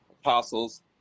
apostles